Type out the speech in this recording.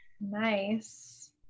nice